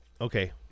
okay